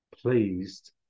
pleased